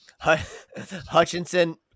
Hutchinson